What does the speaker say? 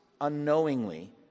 unknowingly